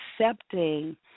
accepting